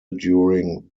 during